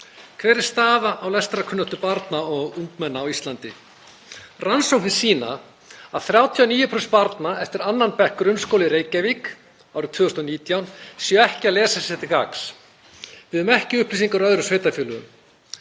Hver er staða á lestrarkunnáttu barna og ungmenna á Íslandi? Rannsóknir sýna að 39% barna eftir 2. bekk grunnskóla í Reykjavík árið 2019 séu ekki að lesa sér til gagns. Við höfum ekki upplýsingar úr öðrum sveitarfélögum.